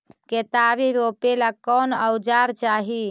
केतारी रोपेला कौन औजर चाही?